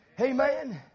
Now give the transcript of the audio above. Amen